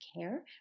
care